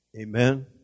Amen